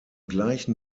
gleichen